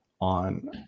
on